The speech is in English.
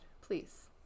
please